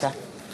תודה.